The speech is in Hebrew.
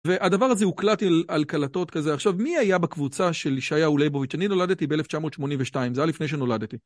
והדבר הזה הוקלט על קלטות כזה. עכשיו, מי היה בקבוצה של ישעיהו ליבוביץ׳? נולדתי ב-1982, זה היה לפני שנולדתי.